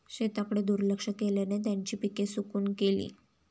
शेताकडे दुर्लक्ष केल्याने त्यांची पिके सुकून गेली